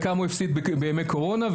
וכמה הוא הפסיד בימי קורונה,